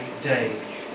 day